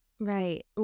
Right